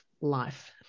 life